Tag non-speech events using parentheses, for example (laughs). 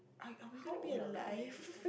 are are we going to be alive (laughs)